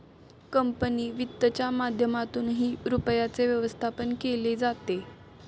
company वित्तच्या माध्यमातूनही रुपयाचे व्यवस्थापन केले जाते